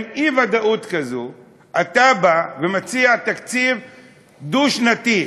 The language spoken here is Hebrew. עם אי-ודאות כזאת אתה בא ומציע תקציב דו-שנתי,